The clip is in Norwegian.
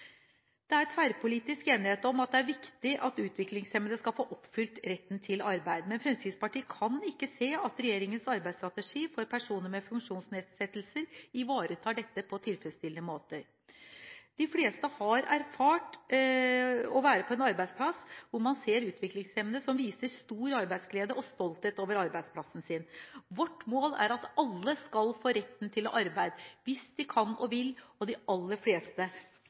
Det er tverrpolitisk enighet om at det er viktig at utviklingshemmede får oppfylt retten til arbeid, men Fremskrittspartiet kan ikke se at regjeringens arbeidsstrategi for personer med funksjonsnedsettelser ivaretar dette på tilfredsstillende måter. De fleste har erfart å være på en arbeidsplass hvor man ser utviklingshemmede som viser stor arbeidsglede og stolthet over arbeidsplassen sin. Vårt mål er at alle skal få rett til arbeid hvis de kan og vil, og de aller fleste